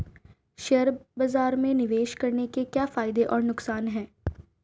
Share बाज़ार में निवेश करने के क्या फायदे और नुकसान हैं?